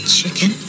chicken